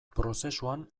prozesuan